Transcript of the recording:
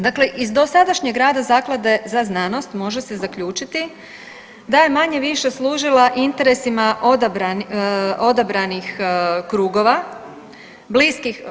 Dakle, iz dosadašnjeg rada Zaklade za znanost može se zaključiti da je manje-više služila interesima odabranih krugova bliskih.